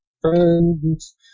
friends